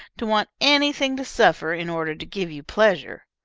to want anything to suffer in order to give you pleasure.